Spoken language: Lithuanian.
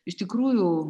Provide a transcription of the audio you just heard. iš tikrųjų